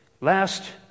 last